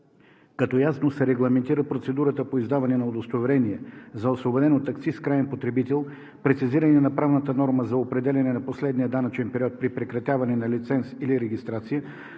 като: ясно се регламентира процедурата по издаване на удостоверение за освободен от акциз краен потребител; прецизиране на правната норма за определяне на последния данъчен период при прекратяване на лиценз/регистрация;